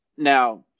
Now